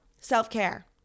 self-care